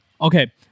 Okay